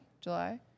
July